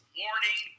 warning